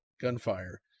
gunfire